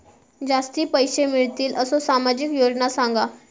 जास्ती पैशे मिळतील असो सामाजिक योजना सांगा?